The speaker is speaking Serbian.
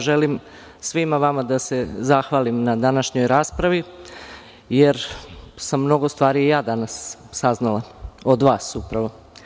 Želim svima vama da se zahvalim na današnjoj raspravi jer sam mnogo stvari i ja danas saznala od vas upravo.